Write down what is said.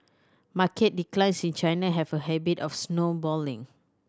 market declines in China have a habit of snowballing